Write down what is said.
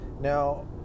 Now